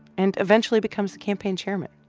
and eventually becomes the campaign chairman.